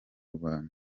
rwanda